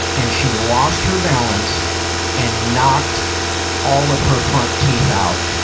and she lost her balance and knocked all of her front teeth out.